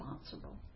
responsible